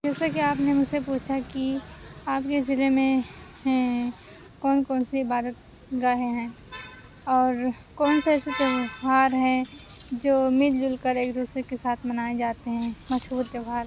جیسا کہ آپ نے مجھ سے پوچھا کہ آپ کے ضلع میں کون کون سی عبادت گاہیں ہیں اور کون سے ایسے تہوار ہیں جو مل جُل کر ایک دوسرے کے ساتھ منائے جاتے ہیں مشہور تہوار